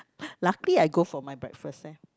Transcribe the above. lucky I go for my breakfast eh